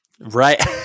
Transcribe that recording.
right